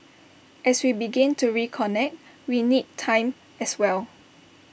as we begin to reconnect we need time as well